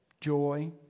joy